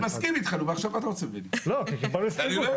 אני מסכים אתך אבל זה לא תלוי בי.